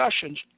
discussions